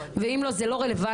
ואם לא - זה לא רלוונטי.